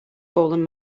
fallen